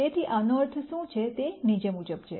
તેથી આનો અર્થ શું છે તે નીચે મુજબ છે